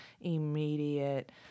immediate